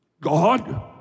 God